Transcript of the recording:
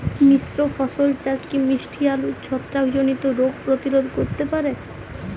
মিশ্র ফসল চাষ কি মিষ্টি আলুর ছত্রাকজনিত রোগ প্রতিরোধ করতে পারে?